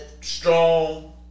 strong